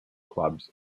clubs